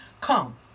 come